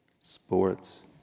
sports